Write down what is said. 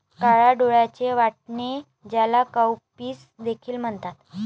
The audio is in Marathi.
काळ्या डोळ्यांचे वाटाणे, ज्याला काउपीस देखील म्हणतात